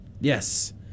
Yes